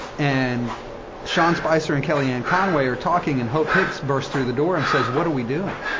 and sean spicer and kellyanne conway are talking, and hope hicks bursts through the door and says, what are we doing?